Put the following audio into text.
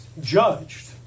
judged